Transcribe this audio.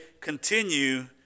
continue